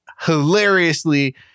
hilariously